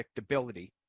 predictability